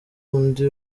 undi